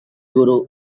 guru